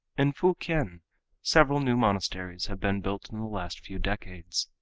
in fukien several new monasteries have been built in the last few decades.